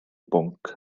bwnc